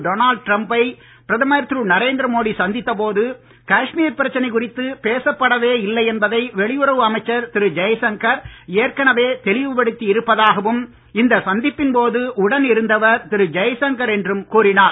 Donald Trump பை பிரதமர் திரு நரேந்திர மோடி சந்தித்த போது காஷ்மீர் பிரச்சினை குறித்து பேசப்படவே இல்லை என்பதை வெளியுறவு அமைச்சர் திரு ஜெய்சங்கர் ஏற்கனவே தெளிவுபடுத்தி இருப்பதாகவும் இந்த சந்திப்பின் போது உடன் இருந்தவர் திரு ஜெய்சங்கர் என்றும் கூறினார்